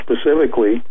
specifically